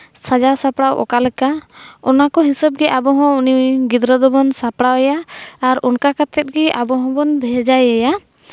ᱥᱟᱡᱟᱣ ᱥᱟᱯᱲᱟᱣ ᱚᱠᱟ ᱞᱮᱠᱟ ᱚᱱᱟ ᱠᱚ ᱦᱤᱥᱟᱹᱵᱜᱮ ᱟᱵᱚᱦᱚᱸ ᱩᱱᱤ ᱜᱤᱫᱽᱨᱟᱹ ᱫᱚᱵᱚᱱ ᱥᱟᱯᱲᱟᱣᱮᱭᱟ ᱟᱨ ᱚᱱᱠᱟ ᱠᱟᱛᱮᱫ ᱜᱮ ᱟᱵᱚ ᱦᱚᱸᱵᱚᱱ ᱵᱷᱮᱡᱟᱭᱮᱭᱟ